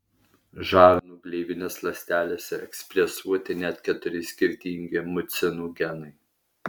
žarnų gleivinės ląstelėse ekspresuoti net keturi skirtingi mucinų genai